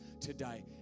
today